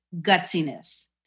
gutsiness